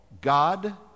God